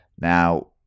Now